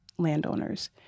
landowners